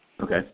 Okay